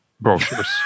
brochures